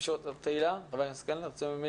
מישהו מחברי הכנסת רוצה להוסיף?